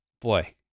Boy